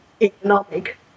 economic